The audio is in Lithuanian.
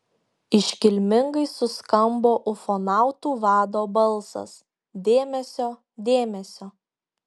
iškilmingai suskambo ufonautų vado balsas dėmesio dėmesio